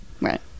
right